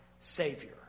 Savior